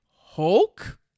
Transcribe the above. Hulk